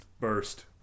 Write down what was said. burst